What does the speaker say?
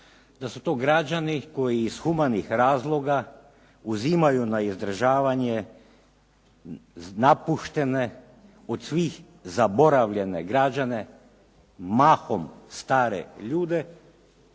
da su to građani koji iz humanih razloga uzimaju na izdržavanje napuštene od svih zaboravljene građene, mahom stare ljude